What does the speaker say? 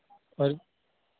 पर